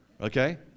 Okay